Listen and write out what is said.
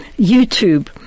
YouTube